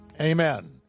amen